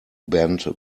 banned